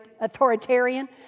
authoritarian